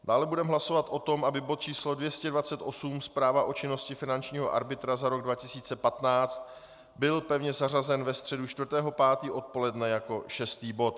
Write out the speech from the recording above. Dále budeme hlasovat o tom, aby bod číslo 228, Zpráva o činnosti finančního arbitra za rok 2015, byl pevně zařazen ve středu 4. 5. odpoledne jako šestý bod.